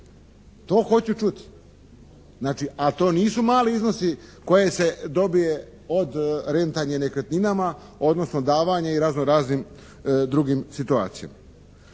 To hoću čuti. Znači a to nisu mali iznosi koje se dobije od rentanja nekretninama odnosno davanjem i razno-raznim drugim situacijama.